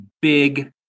big